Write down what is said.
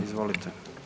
Izvolite.